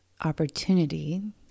opportunity